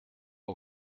aux